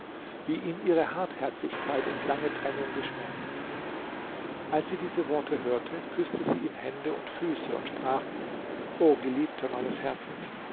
wie ihn ihre hartherzigkeit und lange trennung geschmerzt als sie diese worte hörte küßte sie ihm hände und füße und sprach o geliebter meines herzens